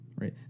right